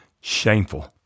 Shameful